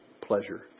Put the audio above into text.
pleasure